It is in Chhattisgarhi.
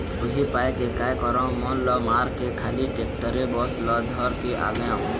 उही पाय के काय करँव मन ल मारके खाली टेक्टरे बस ल धर के आगेंव